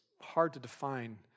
hard-to-define